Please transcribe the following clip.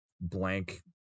blank